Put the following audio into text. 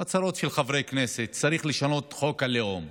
הצהרות של חברי כנסת שצריך לשנות את חוק הלאום,